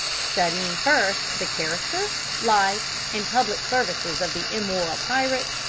studying first the character, life, and public services of the immoral pirate,